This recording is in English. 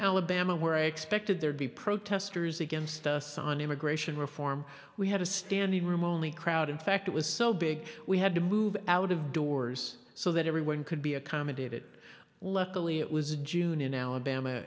alabama where i expected there'd be protesters against us on immigration reform we had a standing room only crowd in fact it was so big we had to move out of doors so that everyone could be accommodated luckily it was june in alabama